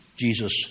Jesus